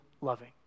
loving